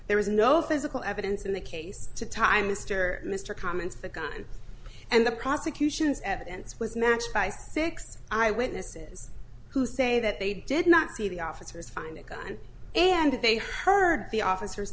there was no physical evidence in the case to tie mr mr comments the gun and the prosecution's evidence was matched by six eyewitnesses who say that they did not see the officers find a gun and they heard the officers